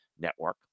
Network